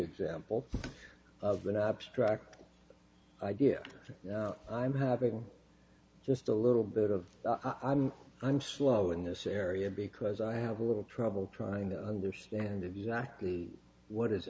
example of an abstract idea i'm having just a little bit of i'm i'm slow in this area because i have a little trouble trying to understand exactly what is